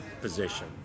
position